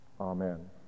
Amen